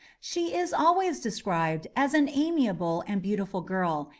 she is always described as an amiable and beautiful girl,